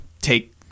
take